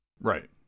Right